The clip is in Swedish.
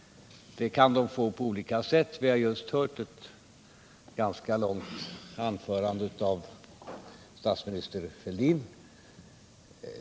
Det kan de få på olika sätt. Vi har just hört ett ganska långt anförande av statsminister Fälldin.